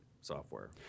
software